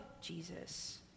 jesus